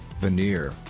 veneer